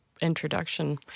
introduction